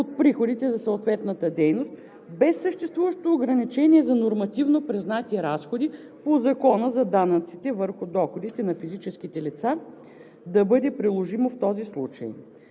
от приходите за съответната дейност, без съществуващото ограничение за нормативно признати разходи по Закона за данъците върху доходите на физическите лица да бъде приложимо в този случай.